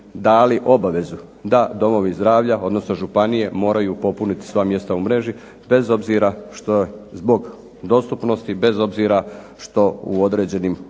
dali obavezu da domovi zdravlja odnosno županije moraju popuniti sva mjesta u mreži bez obzira što zbog dostupnosti, bez obzira što u određenim okolnostima